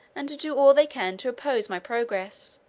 and to do all they can to oppose my progress,